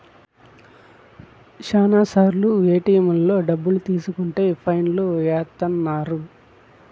శ్యానా సార్లు ఏటిఎంలలో డబ్బులు తీసుకుంటే ఫైన్ లు ఏత్తన్నారు